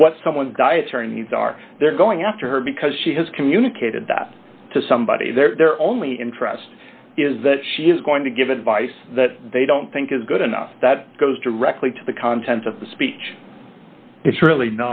what someone's dietary needs are they're going after her because she has communicated that to somebody their only interest is that she is going to give advice that they don't think is good enough that goes directly to the content of the speech it's really